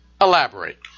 Elaborate